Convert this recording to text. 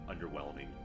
underwhelming